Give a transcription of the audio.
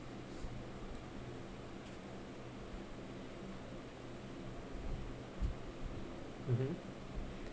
mmhmm